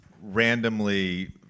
randomly